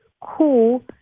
cool